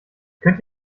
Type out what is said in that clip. könnt